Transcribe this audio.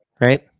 Right